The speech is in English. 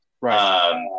Right